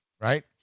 right